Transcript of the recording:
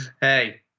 hey